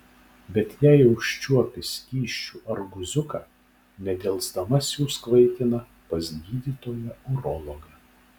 bet jei užčiuopi skysčių ar guziuką nedelsdama siųsk vaikiną pas gydytoją urologą